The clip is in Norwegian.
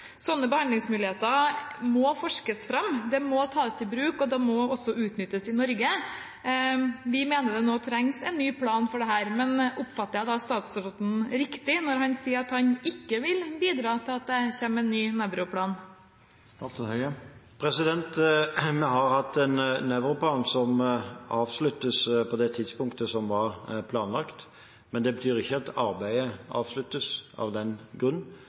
behandlingsmuligheter må forskes fram, de må tas i bruk, og de må også utnyttes i Norge. Vi mener det nå trengs en ny plan for dette. Men oppfatter jeg statsråden riktig når han sier at han ikke vil bidra til at det kommer en ny nevroplan? Vi har hatt en nevroplan som avsluttes på det tidspunktet som var planlagt, men det betyr ikke at arbeidet avsluttes av den grunn.